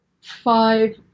five